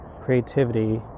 creativity